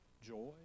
joy